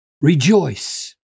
Rejoice